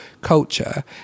culture